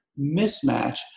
mismatch